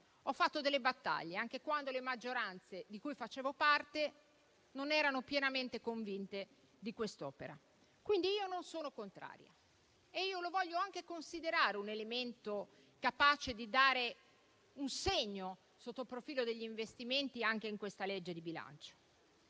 Ho fatto battaglie anche quando le maggioranze di cui facevo parte non erano pienamente convinte dell'opera, quindi non sono contraria e lo voglio anche considerare un elemento capace di dare un segno sotto il profilo degli investimenti, anche in questa legge di bilancio.